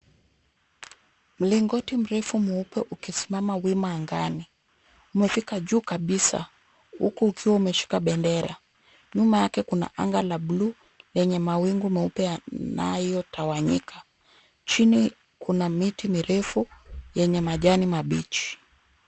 Mlingoti mrefu mweupe ukisimama wima angani. Umefika juu kabisa huku ukiwa umeshika bendera. Nyuma yake kuna anga la blue lenye mawingu meupe yanayotawanyika. Chini kuna miti mirefu yenye majani mabichi.